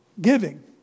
giving